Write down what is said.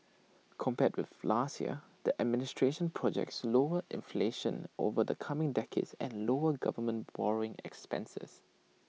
compared with last year the administration projects lower inflation over the coming decades and lower government borrowing expenses